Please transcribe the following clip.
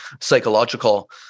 psychological